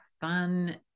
fun